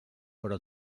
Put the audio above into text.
però